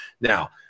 Now